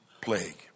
plague